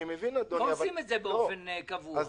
לא עושים את זה באופן קבוע.